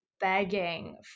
begging